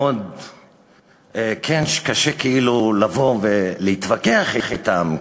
שמאוד קשה להתווכח אתם,